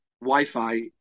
Wi-Fi